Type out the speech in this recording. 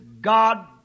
God